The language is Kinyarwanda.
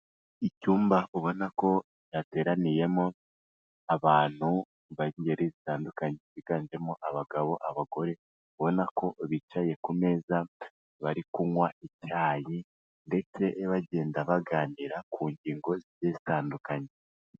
Icyumba ubona ko cyateraniyemo abantu b'ingeri zitandukanye biganjemo abagabo, abagore, ubona ko bicaye ku meza bari kunywa icyayi ndetse bagenda baganira ku ngingo zigiye zitandukanye.